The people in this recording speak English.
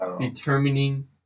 determining